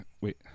Wait